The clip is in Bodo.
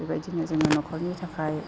बेबायदिनो जोङो न'खरनि थाखाय